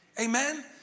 Amen